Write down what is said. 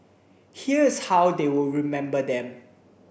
here's how they will remember them